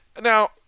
now